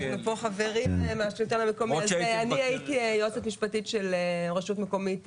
אני הייתי יועצת משפטית של רשות מקומית,